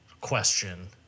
question